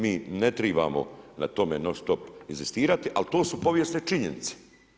Mi ne trebamo na tome non-stop inzistirati ali to su povijesne činjenice.